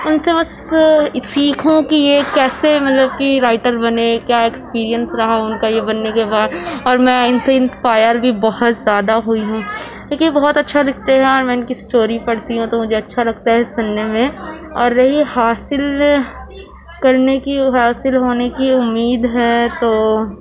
ان سے بس سیکھوں کہ یہ کیسے مطلب کہ رائٹر بنے کیا ایکسپیرئنس رہا ان کا یہ بننے کے بعد اور میں ان سے انسپایر بھی بہت زیادہ ہوئی ہوں دیکھیے بہت اچھا لکھتے ہیں اور میں ان کی اسٹوری پڑھتی ہوں تو مجھے اچھا لگتا ہے سننے میں اور رہی حاصل کرنے کی حاصل ہونے کی امید ہے تو